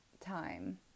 time